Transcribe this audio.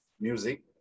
music